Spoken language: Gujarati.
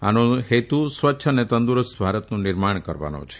આનો હેતુ સ્વચ્છ અને તંદુરસ્ત ભારતનું નિર્માણ કરવાનું છે